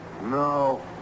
No